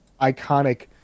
iconic